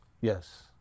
Yes